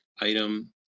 item